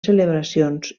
celebracions